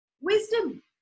Wisdom